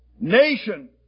nation